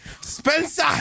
Spencer